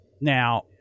Now